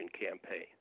campaign